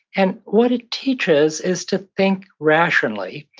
and what it teaches is to think rationally.